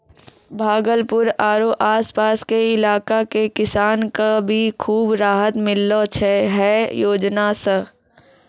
भागलपुर आरो आस पास के इलाका के किसान कॅ भी खूब राहत मिललो छै है योजना सॅ